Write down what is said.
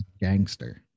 gangster